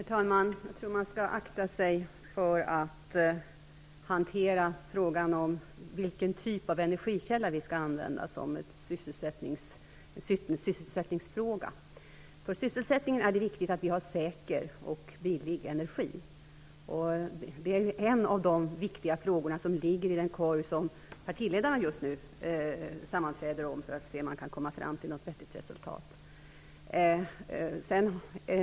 Herr talman! Jag tror att man skall akta sig för att hantera frågan om vilken typ av energikälla vi skall använda som en sysselsättningsfråga. För sysselsättningen är det viktigt att vi har säker och billig energi. Det är en av de viktiga frågor ligger i den korg som partiledarna nu sammanträder kring, för att se om man kan komma fram till något vettigt resultat.